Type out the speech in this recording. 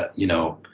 but you know,